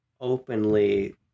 openly